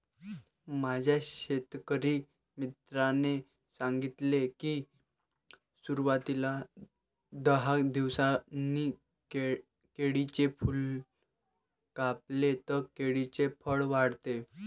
माझ्या शेतकरी मित्राने सांगितले की, सुरवातीला दहा दिवसांनी केळीचे फूल कापले तर केळीचे फळ वाढते